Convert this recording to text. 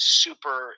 super